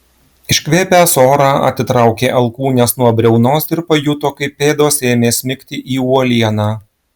iškvėpęs orą atitraukė alkūnes nuo briaunos ir pajuto kaip pėdos ėmė smigti į uolieną